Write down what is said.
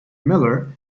miller